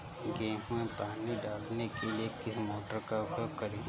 गेहूँ में पानी डालने के लिए किस मोटर का उपयोग करें?